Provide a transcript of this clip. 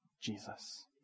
Jesus